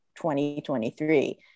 2023